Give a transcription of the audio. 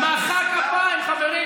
נתניהו הצביע בעד.